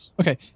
Okay